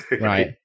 Right